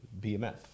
BMF